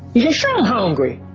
you're hungry.